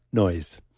noise.